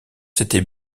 c’était